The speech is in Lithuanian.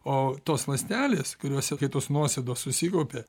o tos ląstelės kuriose kai tos nuosėdos susikaupia